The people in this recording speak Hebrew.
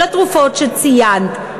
כל התרופות שציינת,